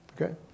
Okay